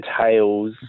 tales